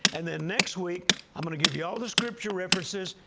and then next week i'm going to give you all the scripture references,